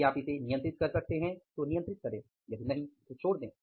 यदि आप इसे नियंत्रित कर सकते हैं तो नियंत्रित करें यदि नहीं तो छोड़ दें